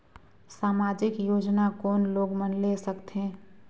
समाजिक योजना कोन लोग मन ले सकथे?